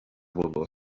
буолуо